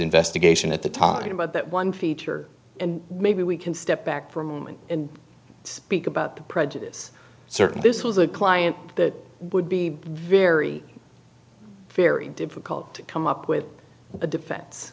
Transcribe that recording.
investigation at the time about that one feature and maybe we can step back for a moment and speak about the prejudice certain this was a client that would be very very difficult to come up with a defense